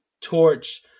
Torch